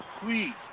Please